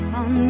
on